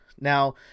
Now